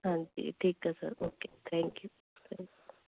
ਹਾਂਜੀ ਠੀਕ ਹੈ ਸਰ ਓਕੇ ਥੈਂਕ ਯੂ